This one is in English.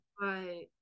Right